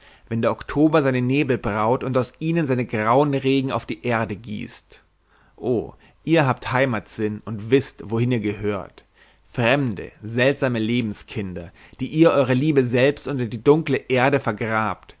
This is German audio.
wenn der oktober seine nebel braut und aus ihnen seine grauen regen auf die erde gießt o ihr habt heimatsinn und wißt wohin ihr gehört fremde seltsame lebenskinder die ihr eure liebe selbst unter die dunkle erde vergrabt